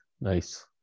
nice